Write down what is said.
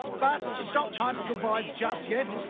but, it's not time for goodbyes just yet,